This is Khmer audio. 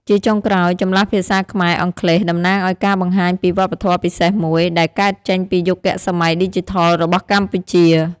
ជាចុងក្រោយ ចម្លាស់ពីភាសាខ្មែរ-អង់គ្លេស តំណាងឱ្យការបង្ហាញពីវប្បធម៌ពិសេសមួយ ដែលកើតចេញពីយុគសម័យឌីជីថលរបស់កម្ពុជា។